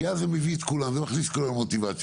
כי אז זה מביא את כולם ומכניס לכולם מוטיבציה.